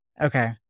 Okay